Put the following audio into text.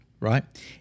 Right